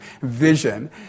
vision